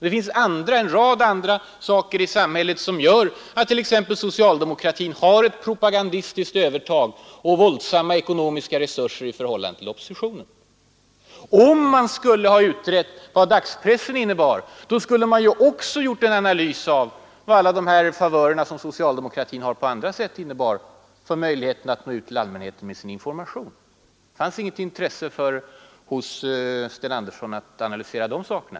Det finns också i samhället ytterligare en rad saker som gör att socialdemokratin har ett propagandistiskt övertag och mycket stora ekonomiska resurser i förhållande till oppositionen. Om man skulle ha utrett vad dagspressen innebär, så hade man också fått göra en analys av vad alla dessa favörer som socialdemokratin har innebär när det gäller möjligheten att nå ut till allmänheten med sin information. Men hos Sten Andersson har det inte funnits något intresse för att analysera de sakerna.